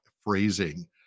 phrasing